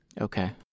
Okay